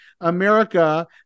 America